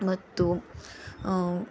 ಮತ್ತು